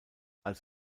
als